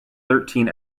thirteen